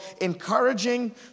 encouraging